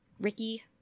Ricky